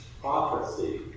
prophecy